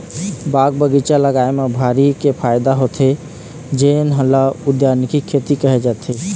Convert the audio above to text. बाग बगीचा लगाए म भारी के फायदा होथे जेन ल उद्यानिकी खेती केहे जाथे